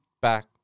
back